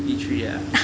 B three ah